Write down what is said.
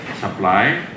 supply